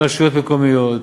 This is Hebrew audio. רשויות מקומיות,